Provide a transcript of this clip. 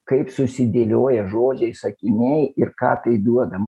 kaip susidėlioja žodžiai sakiniai ir ką tai duoda